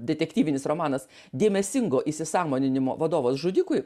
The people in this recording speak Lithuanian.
detektyvinis romanas dėmesingo įsisąmoninimo vadovas žudikui